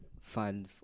fun